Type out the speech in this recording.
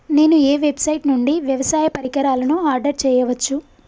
నేను ఏ వెబ్సైట్ నుండి వ్యవసాయ పరికరాలను ఆర్డర్ చేయవచ్చు?